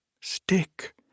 Stick